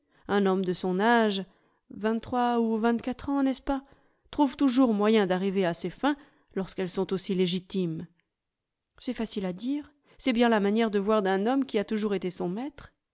un homme de son âge vingt-trois ou vingt-quatre ans n'est-ce pas trouve toujours moyen d'arriver à ses fins lorsqu'elles sont aussi légitimes c'est facile à dire c'est bien la manière de voir d'un homme qui a toujours été son maître